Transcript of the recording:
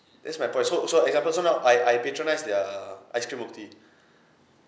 that's my point so so example so now I I patronise their ice-cream milk tea